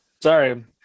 Sorry